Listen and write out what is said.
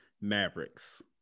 Mavericks